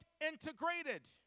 integrated